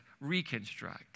reconstruct